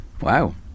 Wow